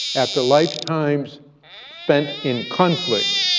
after lifetimes spent in conflict,